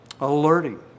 Alerting